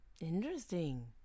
Interesting